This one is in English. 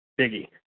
Biggie